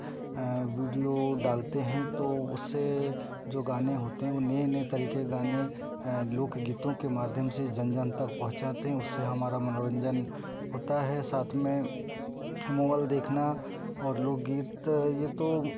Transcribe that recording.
video डालते हैं तो उससे जो गाने होते हैं वह नए नए तरीके गाने लोकगीतों के माध्यम से जन जन तक पहुँचाते हैं उससे हमारा मनोरंजन होता है साथ में मोबल देखना और लोक गीत यह तो